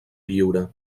lliure